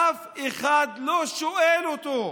אף אחד לא שואל אותו.